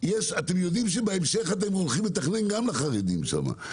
אתם יודעים שבהמשך אתם הולכים לתכנן גם לחרדים שם,